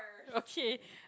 okay